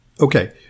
Okay